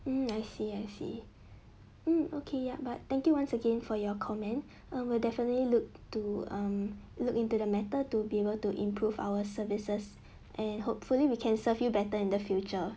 hmm I see I see mm okay ya but thank you once again for your comment um we'll definitely look to um look into the matter to be able to improve our services and hopefully we can serve you better in the future